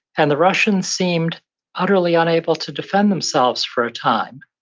and the russians seemed utterly unable to defend themselves for a time.